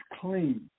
clean